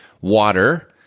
water